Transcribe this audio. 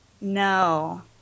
No